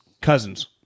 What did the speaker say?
Cousins